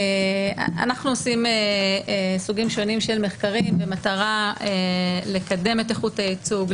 אנחנו עושים סוגים שונים של מחקרים במטרה לקדם את איכות הייצוג,